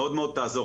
מאוד מאוד תעזור.